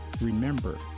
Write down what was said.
remember